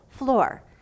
floor